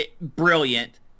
brilliant